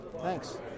Thanks